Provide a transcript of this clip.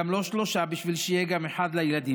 גם לא שלושה בשביל שיהיה גם אחד לילדים.